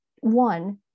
one